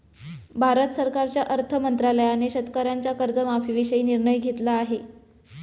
भारत सरकारच्या अर्थ मंत्रालयाने शेतकऱ्यांच्या कर्जमाफीविषयी निर्णय घेतला आहे